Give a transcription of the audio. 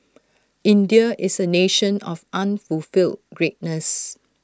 India is A nation of unfulfilled greatness